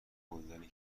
گلدانی